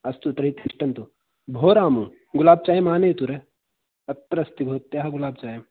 अस्तु तर्हि तिष्ठन्तु भो राम गुलाब् चायमानयतु रे अत्र अस्ति भवत्याः गुलाब् चायं